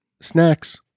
snacks